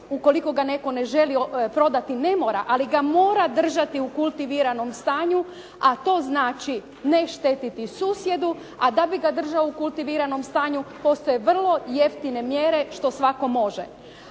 ukoliko ga netko ne želi prodati ne mora, ali ga mora držati u kultiviranom stanju, a to znači ne štetiti susjedu, a da bi ga držao u kultiviranom stanju postoje vrlo jeftine mjere što svatko može.